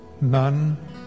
none